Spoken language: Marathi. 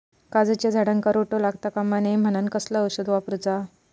काजूच्या झाडांका रोटो लागता कमा नये म्हनान कसला औषध वापरूचा?